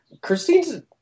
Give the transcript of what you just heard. Christine's